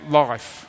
life